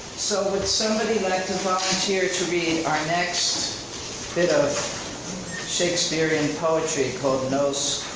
so would somebody like to volunteer to read our next bit of shakespearean poetry called no